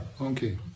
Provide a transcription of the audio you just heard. okay